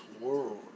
world